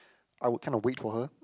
I would kind of wait for her